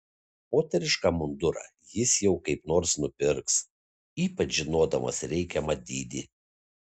moterišką mundurą jis jau kaip nors nupirks ypač žinodamas reikiamą dydį